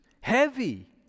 heavy